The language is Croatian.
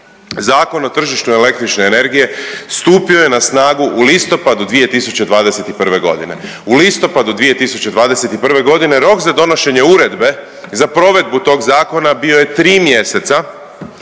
Zakon o tržištu električne energije stupio je na snagu u listopadu 2021.g., u listopadu 2021.g., rok za donošenje uredbe za provedbu tog zakona bio je tri mjeseca.